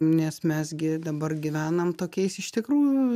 nes mes gi dabar gyvenam tokiais iš tikrųjų